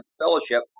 Fellowship